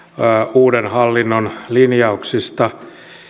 uuden hallinnon linjauksista